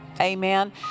amen